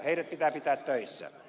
heidät pitää pitää töissä